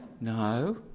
No